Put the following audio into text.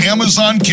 Amazon